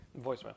voicemail